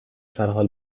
سرحال